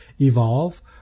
evolve